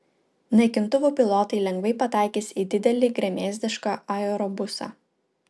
naikintuvų pilotai lengvai pataikys į didelį gremėzdišką aerobusą